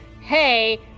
hey